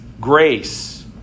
grace